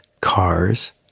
cars